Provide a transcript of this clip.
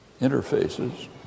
interfaces